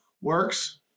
works